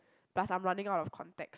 plus I'm running out of contacts